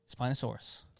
Spinosaurus